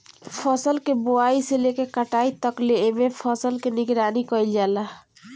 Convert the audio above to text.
फसल के बोआई से लेके कटाई तकले एमे फसल के निगरानी कईल जाला